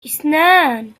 إثنان